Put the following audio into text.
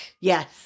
Yes